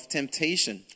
temptation